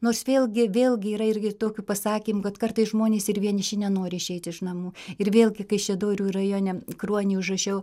nors vėlgi vėlgi yra irgi tokių pasakymų kad kartais žmonės ir vieniši nenori išeiti iš namų ir vėlgi kaišiadorių rajone kruony užrašiau